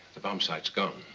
the bomb sight's gone.